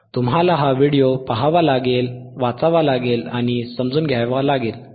तुम्हाला हा व्हिडिओ पाहावा लागेल वाचावा लागेल आणि समजून घ्यावा लागेल